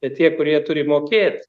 bet tie kurie turi mokėt